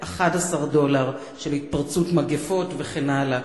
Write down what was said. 11 דולר של התפרצות מגפות וכן הלאה.